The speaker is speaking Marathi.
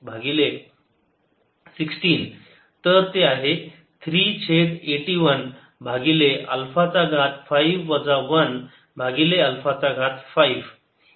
तर ते आहे 3 छेद 8 1 भागिले अल्फा चा घात 5 वजा 1 भागिले अल्फा चा घात 5